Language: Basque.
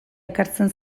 ekartzen